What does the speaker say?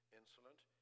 insolent